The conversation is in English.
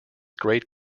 great